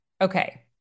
Okay